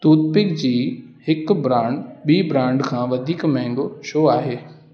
toothpick जी हिकु brand ॿी ब्रांड खां वधीक महांगो छो आहे